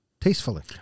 tastefully